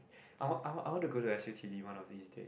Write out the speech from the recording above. I want I want I want to go to S_U_T_D one of these days